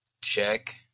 check